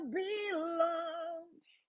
belongs